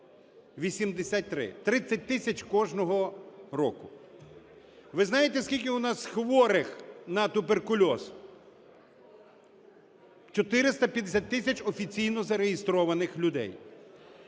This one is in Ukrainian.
83. 30 тисяч кожного року. Ви знаєте, скільки у нас хворих на туберкульоз? 450 тисяч офіційно зареєстрованих людей.